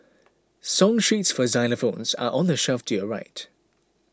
song sheets for xylophones are on the shelf to your right